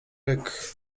ryk